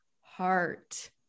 heart